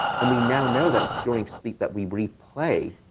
and we now know that it's during sleep that we replay,